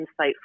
insightful